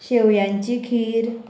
शेवयांची खीर